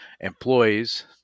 employees